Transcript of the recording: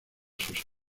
sus